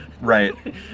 Right